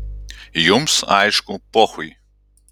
jums aišku pochui